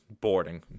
boarding